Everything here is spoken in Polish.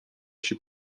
się